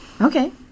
Okay